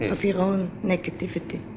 of your own negativity.